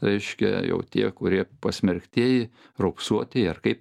reiškia jau tie kurie pasmerktieji raupsuotieji ar kaip